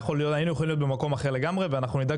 היינו יכולים להיות במקום אחר לגמרי ונדאג שזה ייכנס הפעם.